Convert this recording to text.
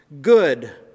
good